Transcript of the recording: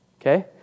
Okay